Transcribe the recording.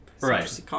Right